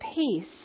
peace